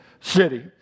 city